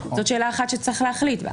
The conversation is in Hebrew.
זאת שאלה אחת שצריך להחליט בה.